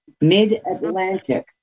mid-Atlantic